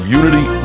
unity